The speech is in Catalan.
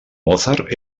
mozart